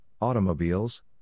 automobiles